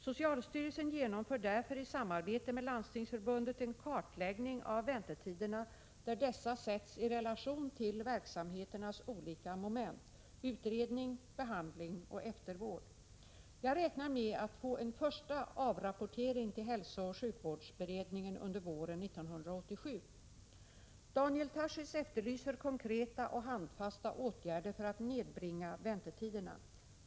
Socialstyrelsen genomför därför i samarbete med Landstingsförbundet en kartläggning av väntetiderna, där dessa sätts i relation till verksamheternas olika moment — utredning, behandling och eftervård. Jag räknar med att få en första avrapportering till hälsooch sjukvårdsberedningen under våren 1987. Daniel Tarschys efterlyser konkreta och handfasta åtgärder för att nedbringa väntetiderna.